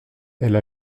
elle